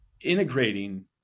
integrating